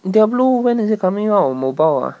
diablo when is it coming out on mobile ah